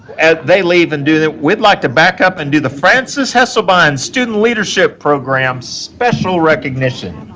as they leave and do that, we'd like to back up and do the frances hesselbein student leadership program special recognition.